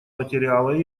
материала